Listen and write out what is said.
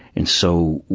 and so,